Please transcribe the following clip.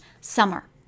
summer